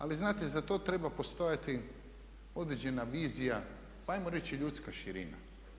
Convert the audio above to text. Ali znate za to treba postojati određena vizija, pa ajmo reći i ljudska širina.